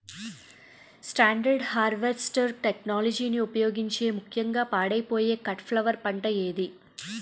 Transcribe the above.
Standard harvest టెక్నాలజీని ఉపయోగించే ముక్యంగా పాడైపోయే కట్ ఫ్లవర్ పంట ఏది?